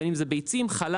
בין אם זה ביצים, חלב,